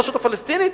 הרשות הפלסטינית.